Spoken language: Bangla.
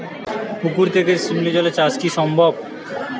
পুকুর থেকে শিমলির জলে কি সবজি চাষ সম্ভব?